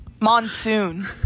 monsoon